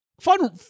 fun